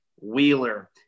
Wheeler